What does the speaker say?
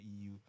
EU